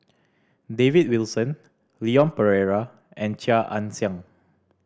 David Wilson Leon Perera and Chia Ann Siang